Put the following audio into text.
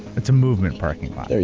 it's a movement parking lot.